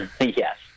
Yes